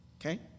Okay